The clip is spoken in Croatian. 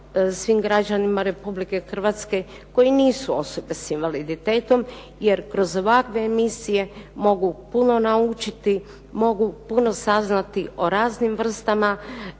svim građanima Republike Hrvatske koji nisu osobe s invaliditetom jer kroz ovakve emisije mogu puno naučiti, mogu puno saznati o raznim vrstama